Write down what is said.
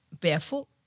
barefoot